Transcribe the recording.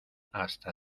hasta